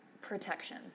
protection